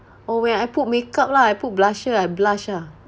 or when I put makeup lah I put blusher I blush ah